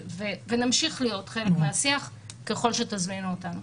ונמשיך להיות חלק מהשיח ככל שתזמינו אותנו.